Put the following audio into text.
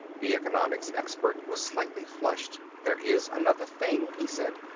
the economics expert was slightly flushed. there is another thing, he said.